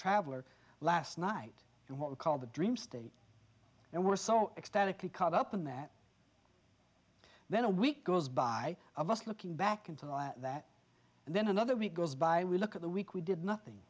traveler last night and what we call the dream state and we're so ecstatically caught up in that then a week goes by of us looking back into that and then another week goes by we look at the week we did nothing